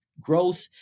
Growth